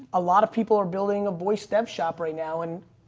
a lot of people are building a boy step shop right now and,